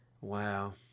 Wow